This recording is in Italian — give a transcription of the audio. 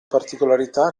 particolarità